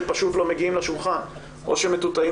שפשוט לא מגיעים לשולחן או שמטואטאים